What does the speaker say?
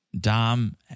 Dom